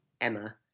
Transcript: Emma